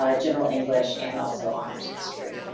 ah general english and also honors history.